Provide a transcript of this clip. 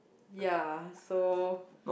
ya so